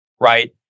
right